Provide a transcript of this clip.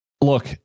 Look